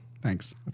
Thanks